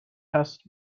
test